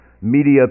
media